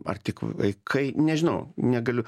ar tik vaikai nežinau negaliu